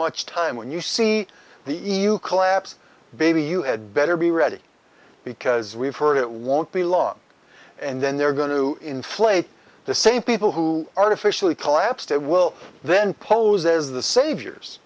much time when you see the e u collapse baby you had better be ready because we've heard it won't be long and then they're going to inflate the same people who artificially collapse that will then pose as the saviors